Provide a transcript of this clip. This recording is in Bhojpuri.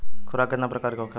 खुराक केतना प्रकार के होखेला?